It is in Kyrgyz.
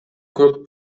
көп